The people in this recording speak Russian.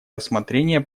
рассмотрение